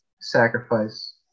sacrifice